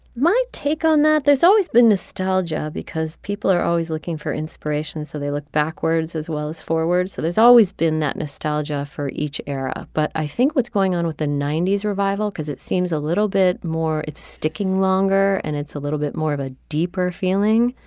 my take on that there's always been nostalgia because people are always looking for inspiration so they look backwards as well as forwards so there's always been that nostalgia for each era. but i think what's going on with the ninety s revival because it seems a little bit more it's sticking longer and it's a little bit more of a deeper feeling.